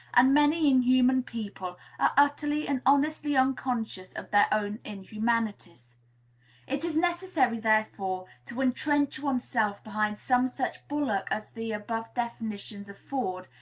and many inhuman people are utterly and honestly unconscious of their own inhumanities it is necessary therefore to entrench one's self behind some such bulwark as the above definitions afford,